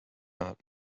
not